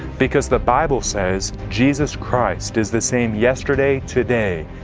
because the bible says jesus christ is the same yesterday, today,